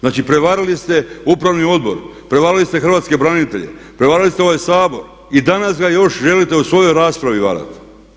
Znači, prevarili ste upravni odbor, prevarili ste hrvatske branitelje, prevarili ste ovaj Sabor i danas ga još želite u svojoj raspravi varati.